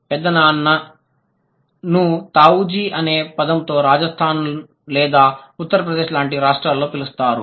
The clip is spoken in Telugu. పెద్ద నాన్న ను తావూజీ అనే పదంతో రాజస్థాన్ లేదా ఉత్తరప్రదేశ్ లాంటి రాష్ట్రాలలో పిలుస్తారు